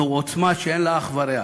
זו עוצמה שאין לה אח ורע.